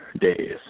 days